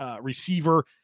receiver